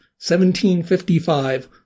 1755